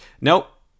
Nope